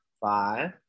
Five